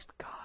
God